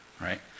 right